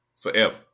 forever